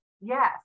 yes